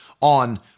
on